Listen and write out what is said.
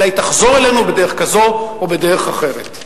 אלא היא תחזור אלינו בדרך כזאת או בדרך אחרת.